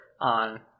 on